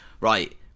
right